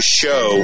show